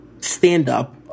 stand-up